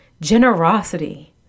generosity